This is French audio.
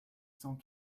cent